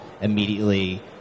immediately